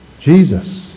Jesus